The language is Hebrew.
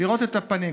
לראות את הפנים,